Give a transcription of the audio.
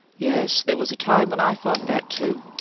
yes, there was a time when i thought that, too!